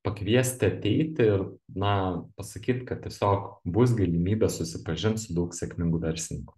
pakviesti ateiti ir na pasakyt kad tiesiog bus galimybė susipažint su daug sėkmingų verslininkų